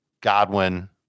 Godwin